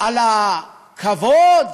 על הכבוד,